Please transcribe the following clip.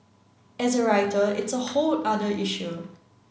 as a writer it's a whole other issue